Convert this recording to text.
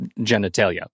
genitalia